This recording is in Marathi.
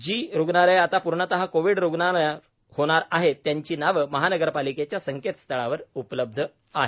जी रुग्णालये आता पूर्णत कोव्हिड रुग्णालय होणार आहेत त्यांची नावे महानगरपालिकेच्या संकेत स्थळावर उपलब्ध आहेत